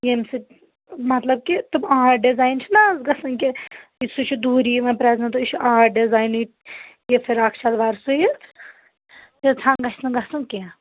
ییٚمہِ سۭتۍ مطلب کہِ تِم آڈ ڈِزاین چھِنہ آز گژھن کہِ کہِ سُہ چھِ دوٗری یِوان پرٛٮ۪زناونہٕ تہٕ أسۍ چھِ آڈ ڈِزاینٕکۍ یہِ فراک شلوار سُیِتھ تیٖژ ہن گژھِ نہٕ گژھُن کینٛہہ